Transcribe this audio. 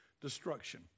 destruction